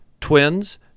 Twins